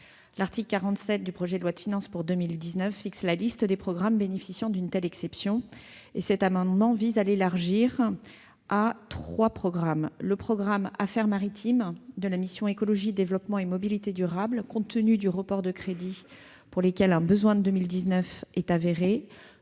L'article 47 du PLF pour 2019 fixe la liste des programmes bénéficiant d'une telle exception. Cet amendement vise à l'élargir à trois programmes : le programme « Affaires maritimes », de la mission « Écologie, développement et mobilité durables », compte tenu du report de crédits pour lequel un besoin de 2019 est avéré